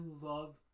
love